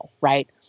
right